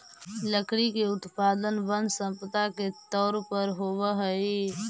लकड़ी के उत्पादन वन सम्पदा के तौर पर होवऽ हई